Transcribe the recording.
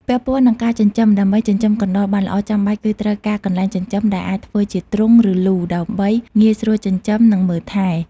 ពាក់ព័ន្ធនឹងការចិញ្ចឹម ដើម្បីចិញ្ចឹមកណ្តុរបានល្អ ចាំបាច់គឺត្រូវការកន្លែងចិញ្ចឹមដែលអាចធ្វើជាទ្រុង ឬ លូ ដើម្បីងាយស្រួលចិញ្ចឹម និង មើលថែ។